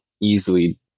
easily